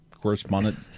correspondent